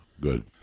Good